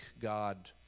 God